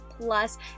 plus